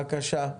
בבקשה.